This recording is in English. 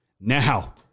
Now